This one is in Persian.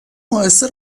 اهسته